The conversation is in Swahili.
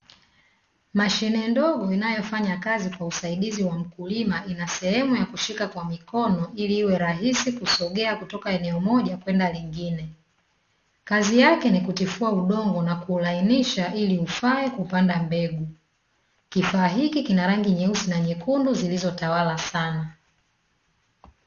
Mashine ndogo inayofanya kazi kwa usaidizi wa mkulima ina sehemu ya kushika kwa mkono ili iwerahisi kusogea kutoka eneo moja kwenda lingine. Kazi yake ni kutifua udongo na kuulainisha ili ufae kupanda mbegu. Kifaa hiki kina rangi nyeusi na nyekundi zilizotawala sana.